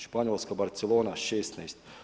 Španjolska, Barcelona – 16.